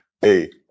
Hey